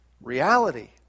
Reality